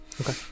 Okay